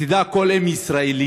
"שתדע כל אם ישראלית",